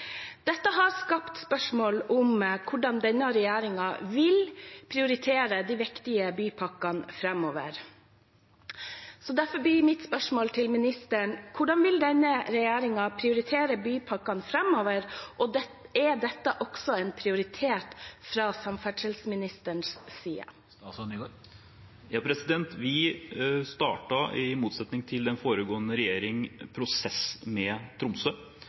Dette har skapt spørsmål om hvordan denne regjeringen vil prioritere de viktige bypakkene framover, så derfor blir mitt spørsmål til ministeren: Hvordan vil denne regjeringen prioriterer bypakkene framover? Er dette også en prioritet fra samferdselsministerens side? Vi startet, i motsetning til den foregående regjering, en prosess med Tromsø.